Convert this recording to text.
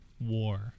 war